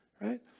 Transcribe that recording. right